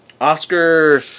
Oscar